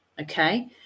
Okay